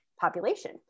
population